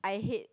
I hate